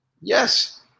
Yes